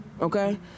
okay